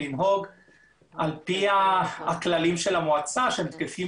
לנהוג על פי הכללים של המועצה שהם תקפים